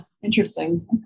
Interesting